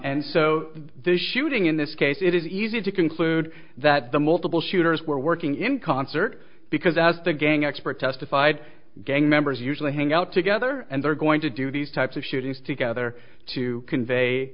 and so the shooting in this case it is easy to conclude that the multiple shooters were working in concert because as the gang expert testified gang members usually hang out together and they're going to do these types of shootings together to convey